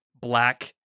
black